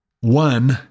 one